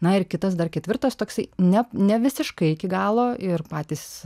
na ir kitas dar ketvirtas toksai ne ne visiškai iki galo ir patys